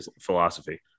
philosophy